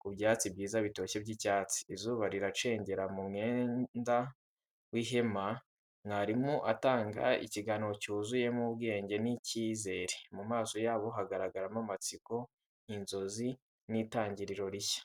ku byatsi byiza bitoshye by’icyatsi. Izuba riracengera mu mwenda w’ihema, mwarimu atanga ikiganiro cyuzuyemo ubwenge n’icyizere. Mu maso yabo hagaragara amatsiko, inzozi, n’itangiriro rishya.